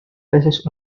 veces